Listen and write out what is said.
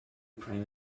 prime